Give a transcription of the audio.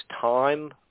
time